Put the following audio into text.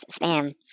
spam